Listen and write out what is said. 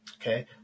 Okay